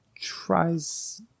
tries